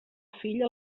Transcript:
fill